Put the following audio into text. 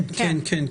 כן.